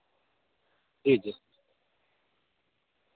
جی جی